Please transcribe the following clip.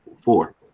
Four